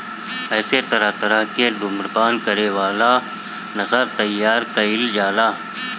एसे तरह तरह के धुम्रपान करे वाला नशा तइयार कईल जाला